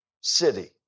city